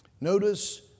Notice